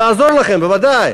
נעזור לכם, בוודאי.